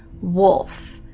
wolf